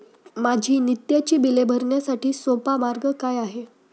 माझी नित्याची बिले भरण्यासाठी सोपा मार्ग काय आहे?